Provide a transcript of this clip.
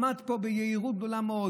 עם הדבר הזה עמד פה ביהירות גדולה מאוד